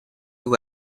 who